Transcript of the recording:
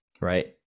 right